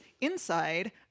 inside